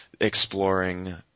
exploring